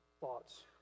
thoughts